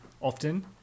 often